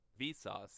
Vsauce